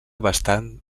bastant